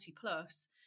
plus